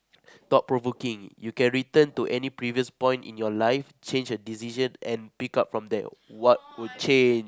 thought-provoking you can return to any previous point in your life change a decision and pick up from there what would change